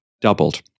doubled